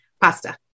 Pasta